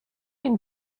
این